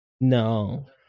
no